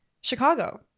chicago